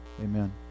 Amen